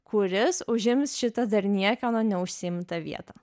kuris užims šitą dar niekieno neužsiimta vietą